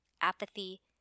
apathy